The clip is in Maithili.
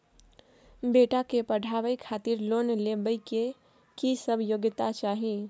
बेटा के पढाबै खातिर लोन लेबै के की सब योग्यता चाही?